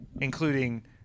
including